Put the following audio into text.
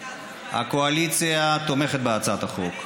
גם בקואליציה יודעים